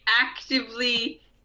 actively